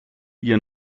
ihr